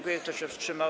Kto się wstrzymał?